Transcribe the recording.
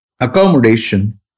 Accommodation